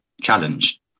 Challenge